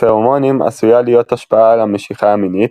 לפרומונים עשויה להיות השפעה על המשיכה המינית,